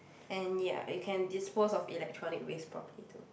and ya you can dispose of electronic waste properly too